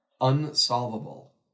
unsolvable